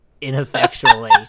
ineffectually